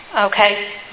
Okay